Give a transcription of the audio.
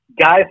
guys